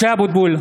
(קורא בשמות חברי הכנסת) משה אבוטבול,